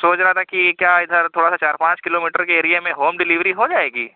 سوچ رہا تھا کہ کیا ادھر تھوڑا سا چار پانچ کلو میٹر کے ایریے میں ہوم ڈلیوری ہو جائے گی